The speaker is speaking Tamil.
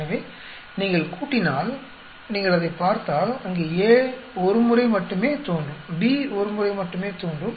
எனவே நீங்கள் கூட்டினால் நீங்கள் அதைப் பார்த்தால் அங்கே A ஒரு முறை மட்டுமே தோன்றும்B ஒரு முறை மட்டுமே தோன்றும்